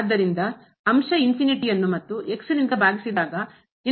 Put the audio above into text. ಆದ್ದರಿಂದ ಅಂಶ ಯನ್ನು ಮತ್ತೆ ಭಾಗಿಸಿದಾಗ